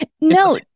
No